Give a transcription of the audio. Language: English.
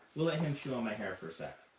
we'll let him chew on my hair for a sec.